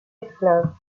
esclaves